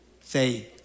say